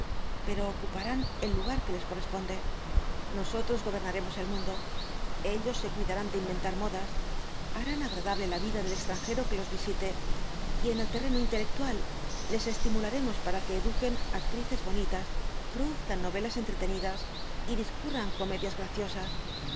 pero ocuparán el lugar que les corresponde nosotros gobernaremos el mundo ellos se cuidarán de inventar modas harán agradable la vida del extranjero que los visite j en el terreno intelectual les estimularemos para que eduquen actrices bonitas produzcan novelas entretenidas y discurran comedias graciosas